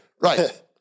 Right